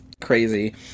crazy